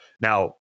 Now